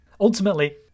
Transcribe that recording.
ultimately